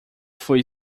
foi